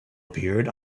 appeared